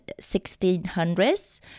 1600s